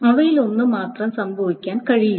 അവയിലൊന്ന് മാത്രം സംഭവിക്കാൻ കഴിയില്ല